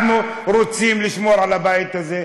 אנחנו רוצים לשמור על הבית הזה.